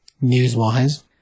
news-wise